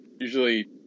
usually